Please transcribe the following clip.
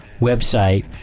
website